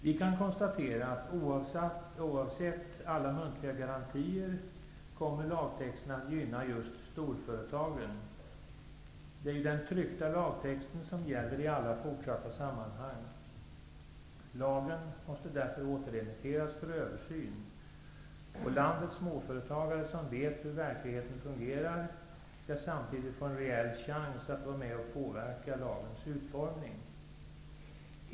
Vi kan konstatera, att oavsett alla muntliga garantier kommer lagtexten att gynna just storföretagen. Det är ju den tryckta lagtexten som gäller i alla fortsatta sammanhang. Lagen måste därför återremitteras för översyn, och landets småföretagare, som vet hur det fungerar i verkligheten, skall samtidigt få en reell chans att vara med och påverka lagens utformning.